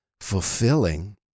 fulfilling